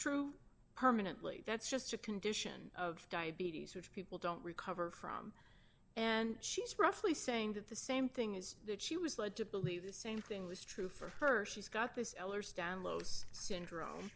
true permanently that's just a condition of diabetes which people don't recover from and she's roughly saying that the same thing is that she was led to believe the same thing was true for her she's got this ehlers downloads syndrome